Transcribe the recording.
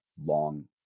long